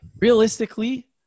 realistically